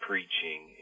Preaching